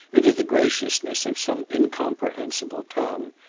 into the graciousness of some incomprehensible tongue,